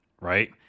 right